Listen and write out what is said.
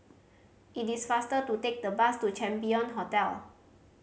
it is faster to take the bus to Champion Hotel